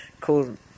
called